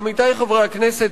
עמיתי חברי הכנסת,